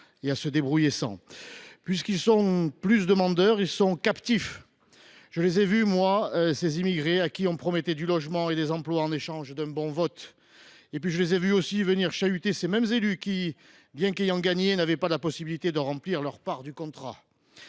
et à se débrouiller sans. Puisqu’ils sont davantage demandeurs, ils sont captifs. Je les ai vus, ces immigrés à qui on promettait des logements et des emplois en échange d’un bon vote. Puis je les ai vus chahuter ces mêmes élus qui, bien qu’ayant gagné, n’avaient pas la possibilité de remplir leur part du contrat.